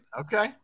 Okay